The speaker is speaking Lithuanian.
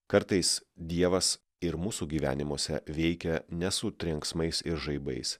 kartais dievas ir mūsų gyvenimuose veikia ne su trenksmais ir žaibais